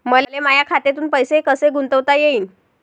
मले माया खात्यातून पैसे कसे गुंतवता येईन?